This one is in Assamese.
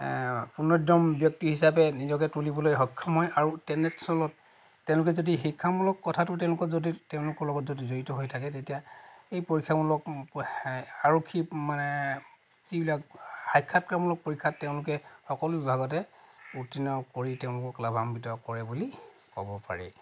পূৰ্ণোদ্যম ব্যক্তি হিচাপে নিজকে তুলিবলৈ সক্ষম হয় আৰু তেনেস্থলত তেওঁলোকে যদি শিক্ষামূলক কথাটো তেওঁলোকে যদি তেওঁলোকৰ লগত যদি জড়়িত হৈ থাকে তেতিয়া এই পৰীক্ষামূলক আৰক্ষী মানে যিবিলাক সাক্ষাৎকাৰমূলক পৰীক্ষাত তেওঁলোকে সকলো বিভাগতে উৰ্ত্তীৰ্ণ কৰি তেওঁলোকক লাভাম্বিত কৰে বুলি ক'ব পাৰি